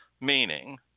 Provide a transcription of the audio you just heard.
meaning